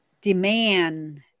demand